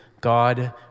God